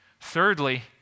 Thirdly